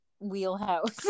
Wheelhouse